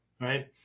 right